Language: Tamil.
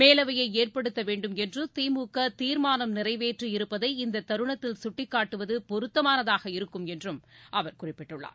மேலவையை ஏற்படுத்த வேண்டுமென்று திமுக தீர்மானம் நிறைவேற்றியிருப்பதை இந்த தருணத்தில் சுட்டிக்காட்டுவது பொருத்தமானதாக இருக்கும் என்றும் அவர் குறிப்பிட்டுள்ளார்